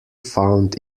found